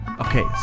Okay